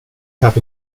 cup